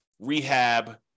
rehab